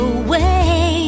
away